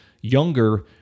younger